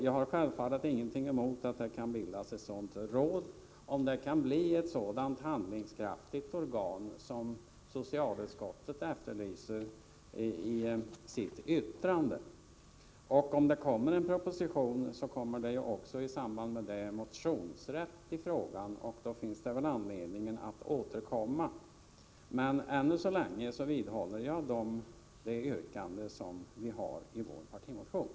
Jag har självfallet inget emot att det bildas ett sådant råd, om det bara blir ett handlingskraftigt organ av det slag som socialutskottet efterlyser i sitt yttrande. Om det framläggs en proposition får vi också motionsrätt i frågan. Det blir alltså anledning för oss att återkomma i den. Men t. v. vidhåller jag yrkandet i vår partimotion.